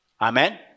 Amen